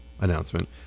announcement